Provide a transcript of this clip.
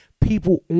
people